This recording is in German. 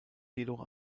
jedoch